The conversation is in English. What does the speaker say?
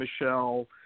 Michelle